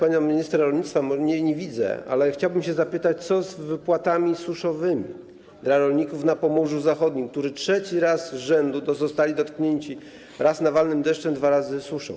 Panią minister rolnictwa - nie widzę jej - chciałbym zapytać, co z wypłatami suszowymi dla rolników na Pomorzu Zachodnim, którzy trzeci raz z rzędu zostali dotknięci klęską, raz nawalnym deszczem, dwa razy suszą.